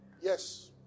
Yes